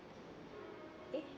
eh